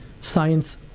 science